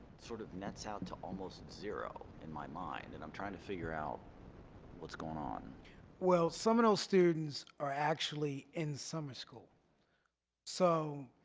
sort of nets out to almost and zero in my mind and i'm trying to figure out what's going on well some of those students are actually in summer school so